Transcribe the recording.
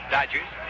Dodgers